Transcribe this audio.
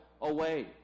away